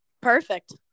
Perfect